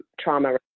trauma